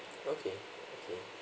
okay okay